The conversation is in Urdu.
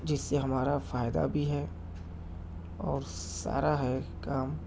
جس سے ہمارا فائدہ بھی ہے اور سارا ہے کام